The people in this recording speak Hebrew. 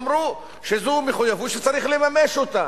אמרו שזו מחויבות שצריך לממש אותה.